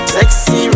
Sexy